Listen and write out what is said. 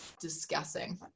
discussing